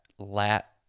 lat